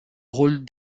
rôle